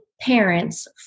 parents